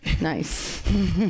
Nice